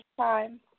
time